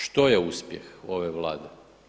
Što je uspjeh ove Vlade?